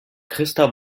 christa